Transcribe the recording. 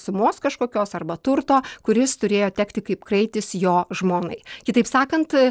sumos kažkokios arba turto kuris turėjo tekti kaip kraitis jo žmonai kitaip sakant